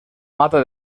mata